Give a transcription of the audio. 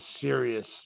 serious